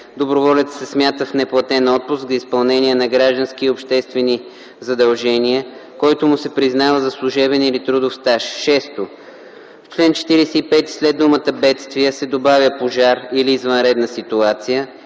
доброволецът се смята в неплатен отпуск за изпълнение на граждански и обществени задължения, който му се признава за служебен или трудов стаж.” 6. В чл. 45 след думата “бедствия” се добавя “пожар или извънредна ситуация”